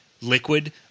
liquid